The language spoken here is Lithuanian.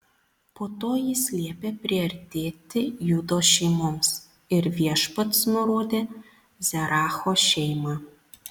po to jis liepė priartėti judo šeimoms ir viešpats nurodė zeracho šeimą